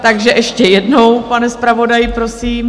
Takže ještě jednou, pane zpravodaji, prosím.